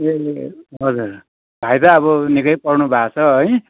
ए हजुर भाइ त अब निकै पढ्नु भएको छ है